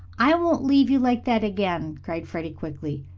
i won't leave you like that again, cried freddie quickly.